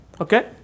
Okay